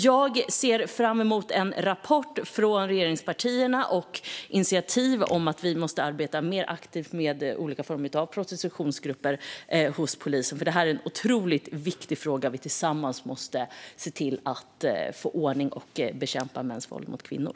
Jag ser fram emot en rapport från regeringspartierna och initiativ om att vi måste arbeta mer aktivt med olika former av prostitutionsgrupper hos polisen, för detta är en otroligt viktig fråga som vi tillsammans måste få ordning på för att bekämpa mäns våld mot kvinnor.